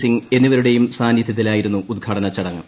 സിംഗ് എന്നിവരുടെയും സാന്നിധൃത്തിലാ യിരുന്നു ഉദ്ഘാടന ചടങ്ങ്